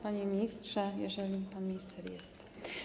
Panie Ministrze, jeżeli pan minister jest!